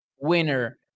winner